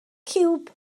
ciwb